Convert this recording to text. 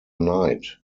night